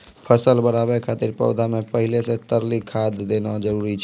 फसल बढ़ाबै खातिर पौधा मे पहिले से तरली खाद देना जरूरी छै?